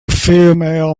female